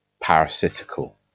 parasitical